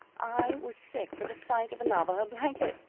i was sick for the sight of a navajo blanket.